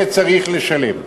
יהיה צריך לשלם.